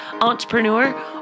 Entrepreneur